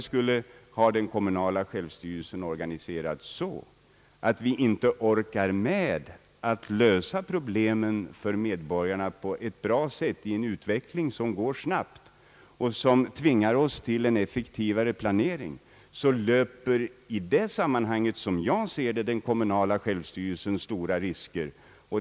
Skulle vi ha den kommunala självstyrelsen organiserad så att vi inte orkar med att lösa problemen för medborgarna på ett bra sätt i en utveckling som går snabbt och som tvingar oss till en effektivare planering, så löper i det sammanhanget, som jag ser det, den kommunala självstyrelsen stora risker.